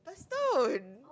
don't